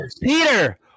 Peter